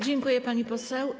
Dziękuję, pani poseł.